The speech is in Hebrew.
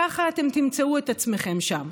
ככה אתם תמצאו את עצמכם שם.